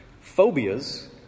Phobias